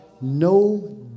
No